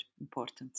important